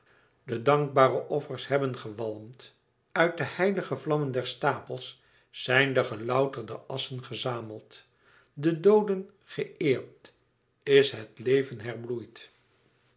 de dankbare offers hebben gewalmd uit de heilige vlammen der stapels zijn de gelouterde asschen gezameld de dooden ge eerd is het leven herbloeid